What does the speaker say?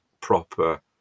proper